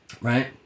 right